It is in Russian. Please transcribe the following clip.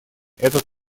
этот